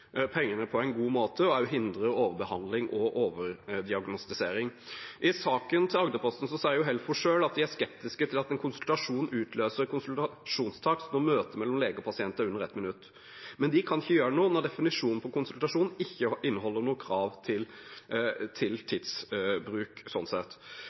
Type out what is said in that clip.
pengene på en god måte, og hindrer overbehandling og overdiagnostisering. I saken til Agderposten sier Helfo selv at de er skeptiske til at en konsultasjon utløser konsultasjonstakst når møtet mellom lege og pasient er på under et minutt. Men de kan ikke gjøre noe når definisjonen på konsultasjon ikke inneholder noe krav til tidsbruk, sånn sett.